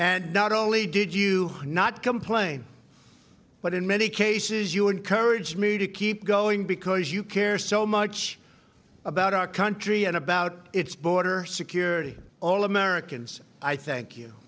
and not only did you not complain but in many cases you encouraged me to keep going because you care so much about our country and about its border security all americans i thank you